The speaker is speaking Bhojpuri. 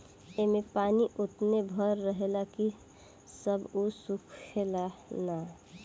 ऐमे पानी ओतने भर रहेला की बस उ सूखे ना